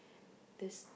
this